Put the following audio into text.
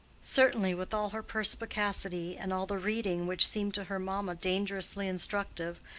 certainly, with all her perspicacity, and all the reading which seemed to her mamma dangerously instructive,